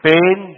Pain